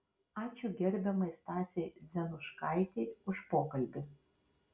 ačiū gerbiamai stasei dzenuškaitei už pokalbį